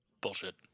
Bullshit